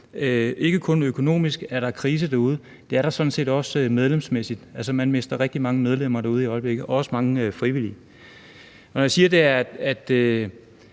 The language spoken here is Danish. ikke kun krise økonomisk derude; det er der sådan set også medlemsmæssigt. Altså, man mister rigtig mange medlemmer derude i øjeblikket, og også mange frivillige. Når jeg siger, at